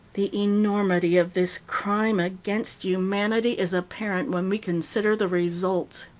the enormity of this crime against humanity is apparent when we consider the results.